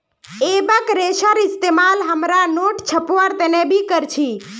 एबेक रेशार इस्तेमाल हमरा नोट छपवार तने भी कर छी